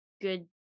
good